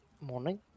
Morning